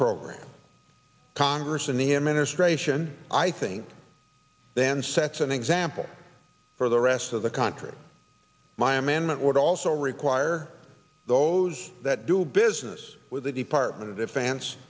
program congress and the administration i think then sets an example for the rest of the country my amendment would also require those that do business with the department of defen